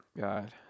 God